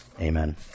Amen